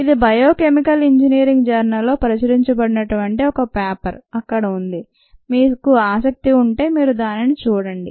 ఇది biochemical engineering జర్నల్లో ప్రచురించబడినటువంటి ఒక పేపర్ అక్కడ ఉంది మీకు ఆసక్తి ఉంటే మీరు దానిని చూడండి